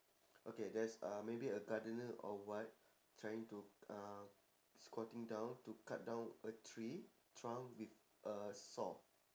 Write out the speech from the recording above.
okay there's a maybe a gardener or what trying to uh squatting down to cut down a tree trunk with a saw